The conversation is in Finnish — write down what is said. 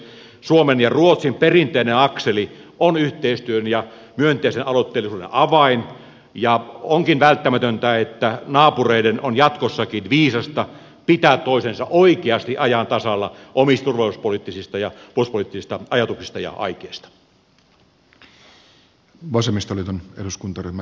suomen ja ruotsin perinteinen akseli on yhteistyön ja myönteisen aloitteellisuuden avain ja naapureiden onkin jatkossakin viisasta pitää toisensa oikeasti ajan tasalla omista turvallisuuspoliittisista ja puolustuspoliittisista ajatuksista ja aikeista